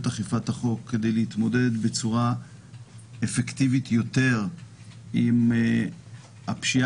אכיפת החוק כדי להתמודד בצורה אפקטיבית יותר עם הפשיעה,